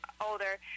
older